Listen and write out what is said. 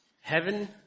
Heaven